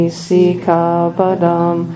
sikabadam